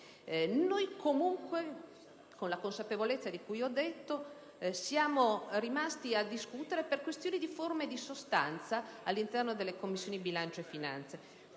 Noi comunque, con la consapevolezza di cui ho detto, siamo rimasti a discutere per questioni di forma e di sostanza all'interno delle Commissioni bilancio e finanze.